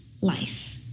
life